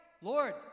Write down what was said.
Lord